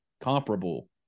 comparable